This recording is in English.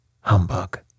humbug